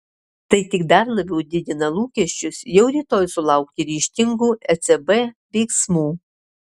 tai tik dar labiau didina lūkesčius jau rytoj sulaukti ryžtingų ecb veiksmų